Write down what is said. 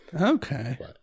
Okay